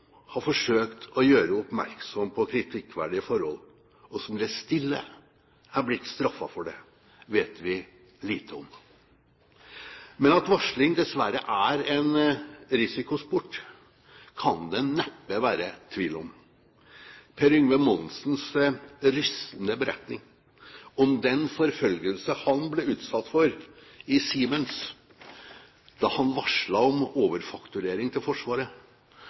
har forsøkt å gjøre oppmerksom på kritikkverdige forhold, og som i det stille er blitt straffet for det, vet vi lite om. Men at varsling dessverre er en risikosport, kan det neppe være tvil om. Per-Yngve Monsens rystende beretning om den forfølgelsen han ble utsatt for i Siemens da han varslet om overfakturering til Forsvaret,